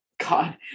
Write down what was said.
God